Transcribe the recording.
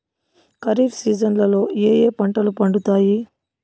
ఖరీఫ్ సీజన్లలో ఏ ఏ పంటలు పండుతాయి